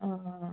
आं